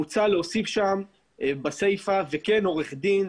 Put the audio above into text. מוצע להוסיף שם בסיפה: "וכן עורך דין,